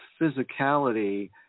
physicality